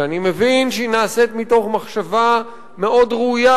שאני מבין שהיא נעשית מתוך מחשבה מאוד ראויה